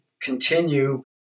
continue